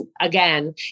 again